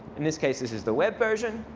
in this case, this is the web version.